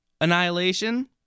Annihilation